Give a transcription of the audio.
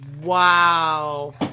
wow